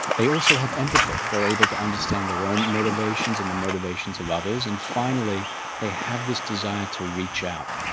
they also have empathy, they are able to understand their own motivations and the motivations of others and finally they have this desire to reach out.